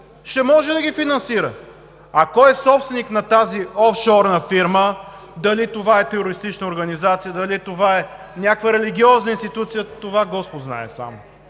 ще може да ги финансира. А кой е собственик на тази офшорна фирма – дали това е терористична организация, дали е някаква религиозна институция – това само Господ знае.